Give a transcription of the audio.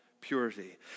purity